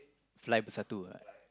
fly bersatu ah